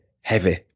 heavy